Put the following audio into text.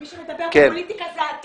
מי שמדבר פופוליטיקה זה אתה.